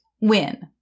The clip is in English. win